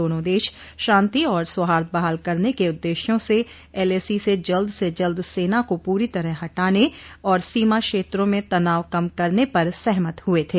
दोनों देश शांति और सौहार्द बहाल करने के उद्देश्यो से एलएसी से जल्द से जल्द सेना को पूरी तरह हटाने और सीमा क्षेत्रों में तनाव कम करने पर सहमत हुए थे